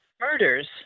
murders